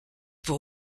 pour